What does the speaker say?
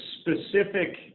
specific